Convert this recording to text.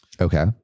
Okay